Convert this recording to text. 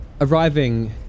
arriving